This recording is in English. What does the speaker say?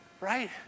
Right